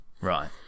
Right